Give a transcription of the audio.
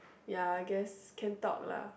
ya I guess can talk lah